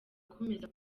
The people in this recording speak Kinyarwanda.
akomeza